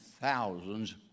thousands